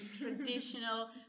traditional